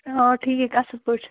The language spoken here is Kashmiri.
آ ٹھیٖک اَصٕل پٲٹھۍ